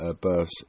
births